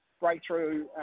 breakthrough